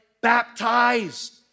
baptized